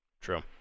True